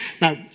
Now